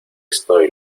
estoy